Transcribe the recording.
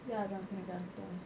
biar dia orang kena gantung